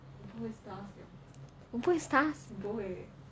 我不会 stars